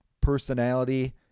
personality